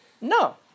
No